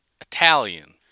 Italian